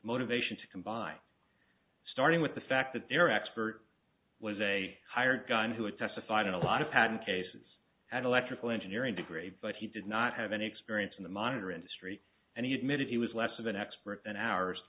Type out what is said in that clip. motivation to combine starting with the fact that their expert was a hired gun who had testified in a lot of patent cases had electrical engineering degree but he did not have any experience in the monitor industry and he admitted he was less of an expert than ours